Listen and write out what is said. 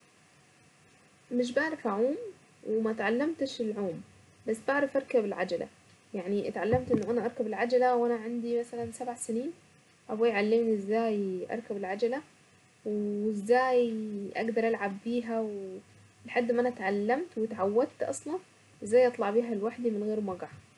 مش بعرف اعوم وما اتعلمتش العوم بس بعرف اركب العجلة يعني اتعلمت انه انا اركب العجلة وانا عندي مثلا سبع سنين ابويا علمني ازاي اركب العجلة وازاي اقدر العب بيها لحد ما انا اتعلمت واتعودت اصلا ازاي اطلع بها لوحدي.